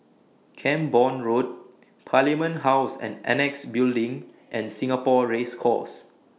Camborne Road Parliament House and Annexe Building and Singapore Race Course